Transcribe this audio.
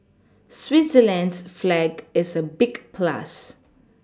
Switzerland's flag is a big plus